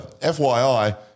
FYI